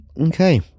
Okay